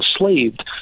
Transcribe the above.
enslaved